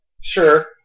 sure